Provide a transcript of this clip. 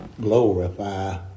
glorify